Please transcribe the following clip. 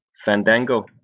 Fandango